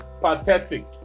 pathetic